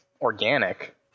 organic